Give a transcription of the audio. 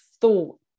thought